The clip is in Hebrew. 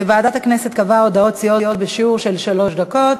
ועדת הכנסת קבעה הודעות סיעות בשיעור של שלוש דקות.